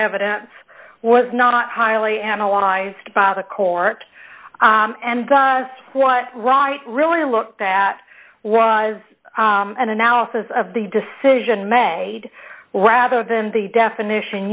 evidence was not highly analyzed by the court and does what right really look that was an analysis of the decision may rather than the definition